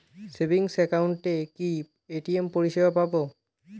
Savings একাউন্টে কি ATM পরিসেবা পাব?